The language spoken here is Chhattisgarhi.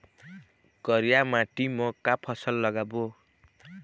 करिया माटी म का फसल लगाबो?